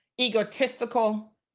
egotistical